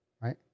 right